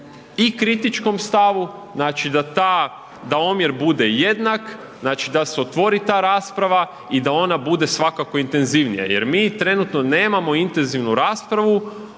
i kritičkom stavu, znači da omjer bude jednak, znači da se otvori ta rasprava i da one bude svakako intenzivnija jer mi trenutno nemamo intenzivnu raspravu